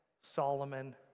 Solomon